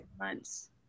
months